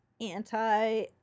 anti